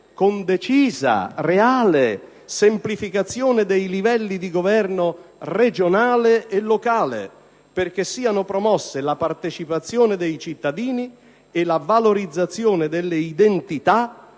con decisa e reale semplificazione dei livelli di governo regionale e locale, perché siano promosse la partecipazione dei cittadini e la valorizzazione delle identità